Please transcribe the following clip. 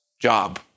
job